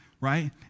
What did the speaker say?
right